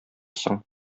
соң